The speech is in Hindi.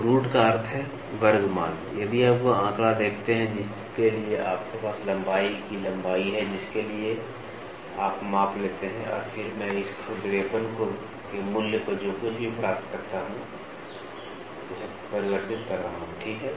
तो रूट का अर्थ है वर्ग मान यदि आप वह आंकड़ा देखते हैं जिसके लिए आपके पास लंबाई की लंबाई है जिसके लिए आप माप लेते हैं और फिर मैं इस खुरदरेपन के मूल्य को जो कुछ भी प्राप्त करता हूं उसे परिवर्तित कर रहा हूं ठीक है